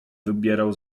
wybierał